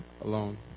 alone